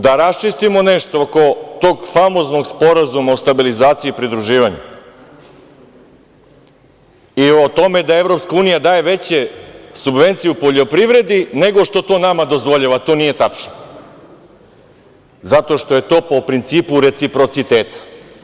Da raščistimo nešto oko tog famoznog SSP i o tome da EU daje veće subvencije u poljoprivredi nego što to nama dozvoljava, to nije tačno, zato što je to po principu reciprociteta.